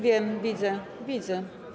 Wiem, widzę, widzę.